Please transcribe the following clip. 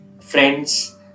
friends